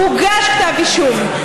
מוגש כתב אישום.